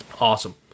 Awesome